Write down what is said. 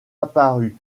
apparues